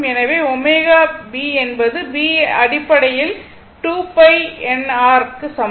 எனவே ω b என்பதில் b என்பது அடிப்படையில் 2 π n r க்கு சமம்